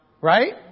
Right